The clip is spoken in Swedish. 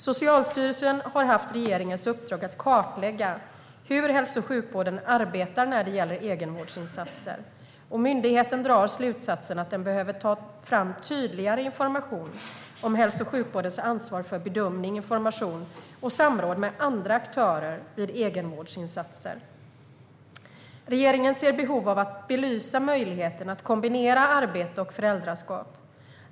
Socialstyrelsen har haft regeringens uppdrag att kartlägga hur hälso och sjukvården arbetar när det gäller egenvårdsinsatser, och myndigheten drar slutsatsen att den behöver ta fram tydligare information om hälso och sjukvårdens ansvar för bedömning, information och samråd med andra aktörer vid egenvårdsinsatser. Regeringen ser behov av att belysa möjligheten att kombinera arbete och föräldraskap.